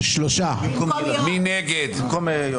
מי נגד?